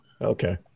Okay